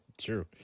True